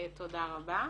תודה רבה.